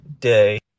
day